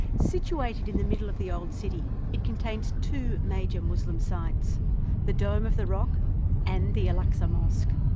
situated in the middle of the old city, it contains two major muslim sites the dome of the rock and the al-aqsa mosque.